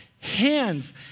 hands